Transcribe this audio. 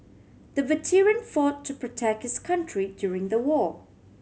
the veteran fought to protect his country during the war